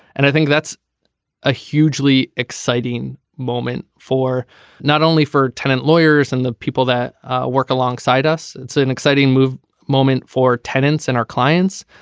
and i think that's a hugely exciting moment for not only for tenant lawyers and the people that work alongside us. it's an exciting move moment for tenants and our clients.